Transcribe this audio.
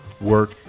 work